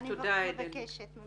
אני מבקשת ממך.